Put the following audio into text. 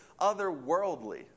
otherworldly